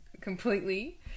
completely